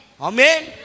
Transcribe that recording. Amen